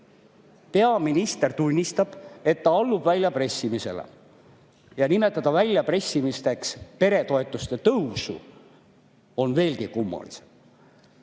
Peaminister tunnistab, et ta allub väljapressimisele! Ja nimetada väljapressimiseks peretoetuste tõusu on veelgi kummalisem.